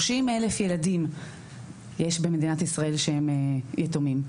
30,000 ילדים יש במדינת ישראל שהם יתומים,